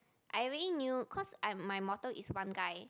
I already knew cause I my mortal is one guy